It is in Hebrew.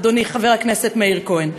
אדוני חבר הכנסת מאיר כהן.